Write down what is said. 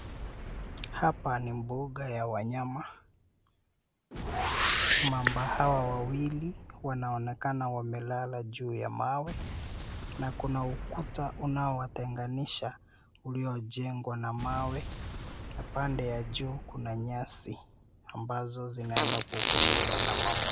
Hapa ni mbuga ya wanyama. Mamba hawa wawili wanaonekana wamelala juu ya mawe na kuna ukuta unaowatenganisha uliojengwa na mawe na pande ya juu kuna nyasi ambazo zinaenda kukuliwa na mamba.